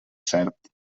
cert